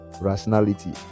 rationality